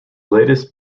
latest